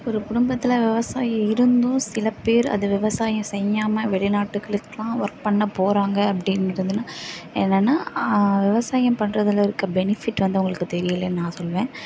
ஒரு குடும்பத்தில் விவசாயி இருந்தும் சிலப்பேர் அது விவசாயம் செய்யாமல் வெளிநாடுகளுக்குல்லாம் ஒர்க் பண்ண போகிறாங்க அப்படின்றதுனா என்னென்னா விவசாயம் பண்ணுறதுல இருக்கிற பெனிஃபிட் வந்து அவங்களுக்கு தெரியலைனு நான் சொல்வேன்